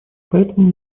поэтому